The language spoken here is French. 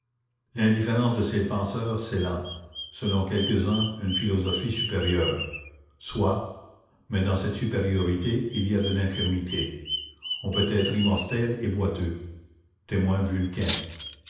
l'indifférence de ces penseurs c'est là selon quelques-uns une philosophie supérieure soit mais dans cette supériorité il y a de l'infirmité on peut être immortel et boiteux témoin vulcain